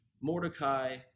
Mordecai